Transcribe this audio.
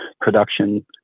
production